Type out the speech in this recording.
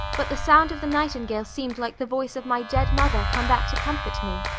but the sound of the nightingale seemed like the voice of my dead mother come back to comfort me.